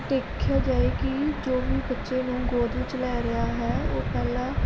ਦੇਖਿਆ ਜਾਏ ਕਿ ਜੋ ਵੀ ਬੱਚੇ ਨੂੰ ਗੋਦ ਵਿੱਚ ਲੈ ਰਿਹਾ ਹੈ ਉਹ ਪਹਿਲਾਂ